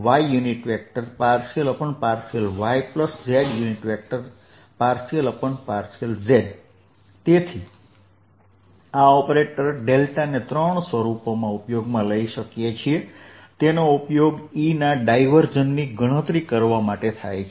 x∂xy∂yz∂z તેથી આ ઓપરેટર ને ત્રણ સ્વરૂપોમાં ઉપયોગમાં લઈએ છીએ તેનો ઉપયોગ E ના ડાઇવર્ઝનની ગણતરી કરવા માટે કર્યો છે